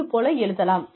இது போல எழுதலாம்